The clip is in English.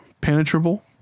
penetrable